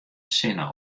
sinne